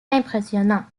impressionnant